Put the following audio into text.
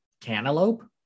cantaloupe